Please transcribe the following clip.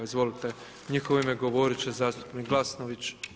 Izvolite, u njihovo ime govoriti će zastupnik Glasnović.